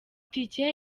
tike